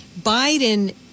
Biden